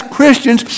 Christians